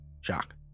Shock